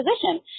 position